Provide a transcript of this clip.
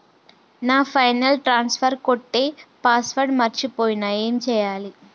నా పైసల్ ట్రాన్స్ఫర్ కొట్టే పాస్వర్డ్ మర్చిపోయిన ఏం చేయాలి?